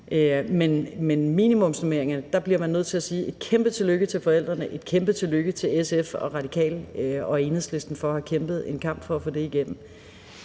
med minimumsnormeringerne bliver man nødt til at sige et kæmpe tillykke til forældrene, et kæmpe tillykke til SF og Radikale og Enhedslisten for at have kæmpet en kamp for at få det igennem.